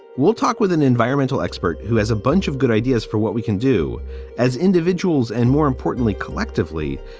we'll talk with an environmental expert who has a bunch of good ideas for what we can do as individuals and more importantly, collectively,